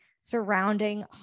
surrounding